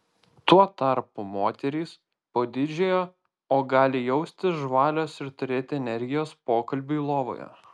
tuo tarpu moterys po didžiojo o gali jaustis žvalios ir turėti energijos pokalbiui lovoje